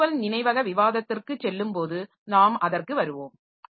virtual நினைவக விவாதத்திற்கு செல்லும்போது நாம் அதற்கு வருவோம்